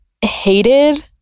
hated